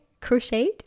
crocheted